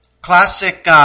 Classic